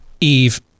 Eve